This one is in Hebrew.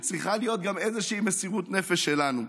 באמת שצריכה להיות גם איזושהי מסירות נפש שלנו.